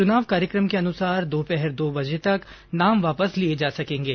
चुनाव कार्यकम के अनुसार दोपहर दो बजे तक नाम वापस लिये जा सकेंगे